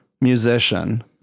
musician